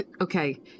okay